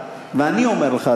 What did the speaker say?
ואני אומר לך,